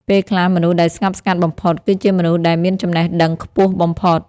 ពេលខ្លះ មនុស្សដែលស្ងប់ស្ងាត់បំផុត គឺជាមនុស្សដែលមានចំណេះដឹងខ្ពស់បំផុត។